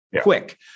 quick